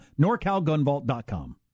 Norcalgunvault.com